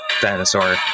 Dinosaur